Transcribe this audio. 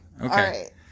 okay